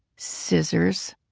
scissors,